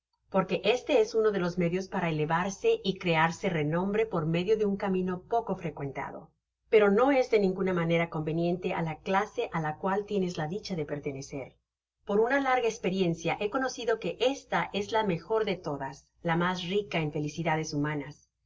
porque este es uno de los medios para elevarse y crearse renombre por medio de un camino poco frecuentado pero no es de ninguna manera conveniente á la clase á la cual tienes la dicha de pertenecer por una larga esperiencia he conocido que esta es la mejor de todas la mas rica en felicidades humanas